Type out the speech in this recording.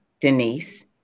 Denise